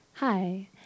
Hi